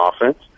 offense